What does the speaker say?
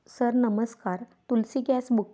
sir नमस्कार Tulsi gas book